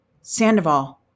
Sandoval